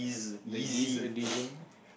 the yeez addition